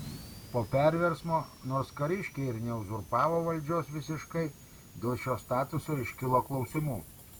po perversmo nors kariškiai ir neuzurpavo valdžios visiškai dėl šio statuso iškilo klausimų